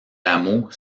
hameau